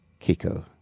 Kiko